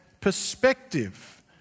perspective